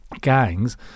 gangs